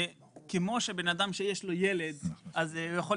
כמו שבן אדם שיש לו ילד אז הוא יכול